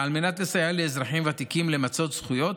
על מנת לסייע לאזרחים ותיקים למצות זכויות,